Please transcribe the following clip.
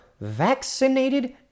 vaccinated